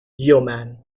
yeoman